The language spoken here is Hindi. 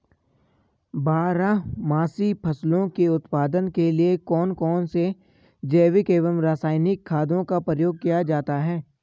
बारहमासी फसलों के उत्पादन के लिए कौन कौन से जैविक एवं रासायनिक खादों का प्रयोग किया जाता है?